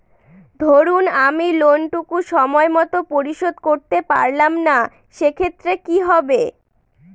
ধরুন আমি লোন টুকু সময় মত পরিশোধ করতে পারলাম না সেক্ষেত্রে কি হবে?